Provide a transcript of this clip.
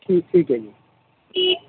ਠੀਕ ਠੀਕ ਹੈ ਜੀ